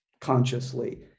consciously